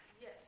Yes